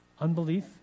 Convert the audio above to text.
Unbelief